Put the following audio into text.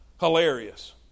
Hilarious